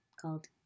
called